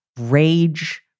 rage